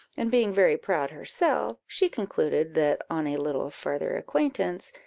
and being very proud herself, she concluded that, on a little farther acquaintance,